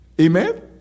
Amen